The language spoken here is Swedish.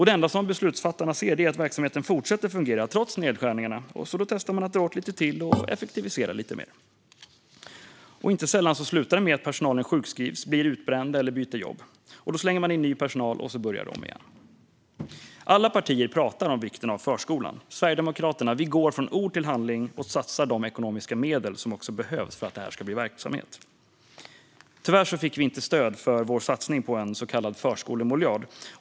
Det enda beslutsfattarna ser är att verksamheten fortsätter fungera trots nedskärningarna, så de testar att dra åt lite till och effektivisera lite mer. Inte sällan slutar det med att personalen sjukskrivs, blir utbränd eller byter jobb. Då slänger man in ny personal och börjar om igen. Alla partier pratar om vikten av förskolan. Sverigedemokraterna går från ord till handling och satsar de ekonomiska medel som behövs för att det ska bli verklighet. Tyvärr fick vi inte stöd för vår satsning på en så kallad förskolemiljard.